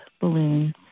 balloons